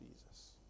Jesus